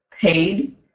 paid